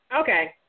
Okay